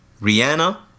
Rihanna